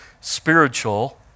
spiritual